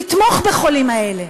לתמוך בחולים האלה,